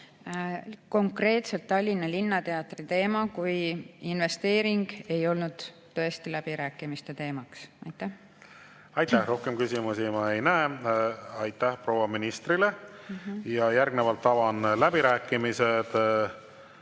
Konkreetselt Tallinna Linnateatri ehitus kui investeering ei olnud tõesti läbirääkimiste teemaks. Aitäh! Rohkem küsimusi ma ei näe. Aitäh proua ministrile! Järgnevalt avan läbirääkimised.